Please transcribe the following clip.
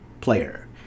player